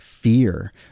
fear